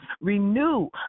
renew